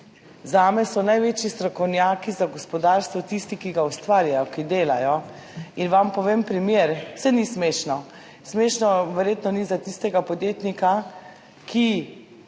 Zame so največji strokovnjaki za gospodarstvo tisti, ki ga ustvarjajo, ki delajo in vam povem primer, saj ni smešno, smešno verjetno ni za tistega podjetnika, ki